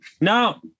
no